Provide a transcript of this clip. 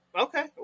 Okay